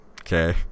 Okay